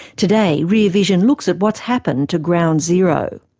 today, rear vision looks at what's happened to ground zero.